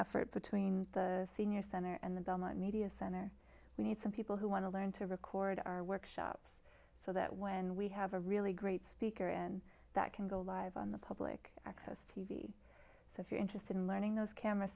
effort between the senior center and the belmont media center we need some people who want to learn to record our workshops so that when we have a really great speaker and that can go live on the public access t v so if you're interested in learning those cameras